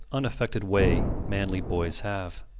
unaffected way manly boys have.